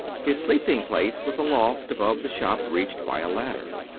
his sleeping-place was a loft above the shop reached by a ladder.